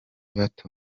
bato